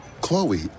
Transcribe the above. Chloe